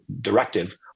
directive